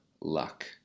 luck